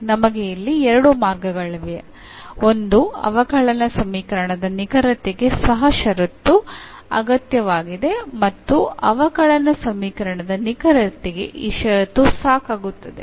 ನಮಗೆ ಇಲ್ಲಿ ಎರಡೂ ಮಾರ್ಗಗಳಿವೆ ಒಂದು ಅವಕಲನ ಸಮೀಕರಣದ ನಿಖರತೆಗೆ ಸಹ ಷರತ್ತು ಅಗತ್ಯವಾಗಿದೆ ಮತ್ತು ಅವಕಲನ ಸಮೀಕರಣದ ನಿಖರತೆಗೆ ಈ ಷರತ್ತು ಸಾಕಾಗುತ್ತದೆ